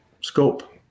scope